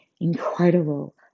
incredible